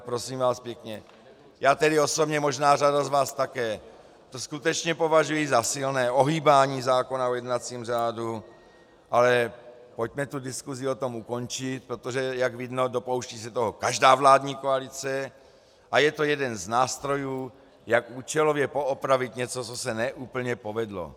Prosím vás pěkně, já tedy osobně, možná řada z vás také, to skutečně považuji za silné ohýbání zákona o jednacím řádu, ale pojďme diskusi o tom ukončit, protože, jak vidno, dopouští se toho každá vládní koalice a je to jeden z nástrojů, jak účelově poopravit něco, co se ne úplně povedlo.